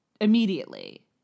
immediately